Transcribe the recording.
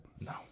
No